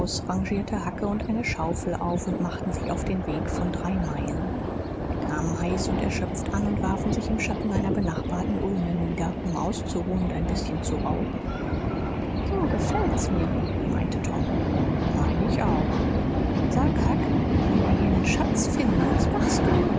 ausrangierte hacke und eine schaufel auf und machten sich auf den weg von drei meilen sie kamen heiß und erschöpft an und warfen sich im schatten einer benachbarten ulme nieder um auszuruhen und ein bißchen zu rauchen so gefällts mir meinte tom mein ich auch sag huck wenn wir hier nen schatz finden was machst du mit